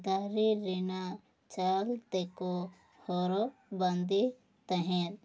ᱫᱟᱨᱮ ᱨᱮᱱᱟᱜ ᱪᱷᱟᱞ ᱛᱮᱠᱚ ᱦᱚᱨᱚᱜ ᱵᱟᱸᱫᱮᱜ ᱛᱟᱦᱮᱸ